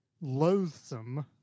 Loathsome